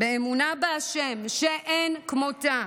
באמונה באלוהים שאין כמותה,